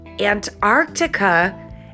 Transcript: Antarctica